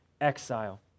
exile